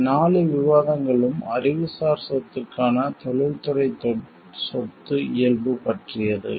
இந்த 4 விவாதங்களும் அறிவுசார் சொத்துக்கான தொழில்துறை சொத்து இயல்பு பற்றியது